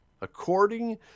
According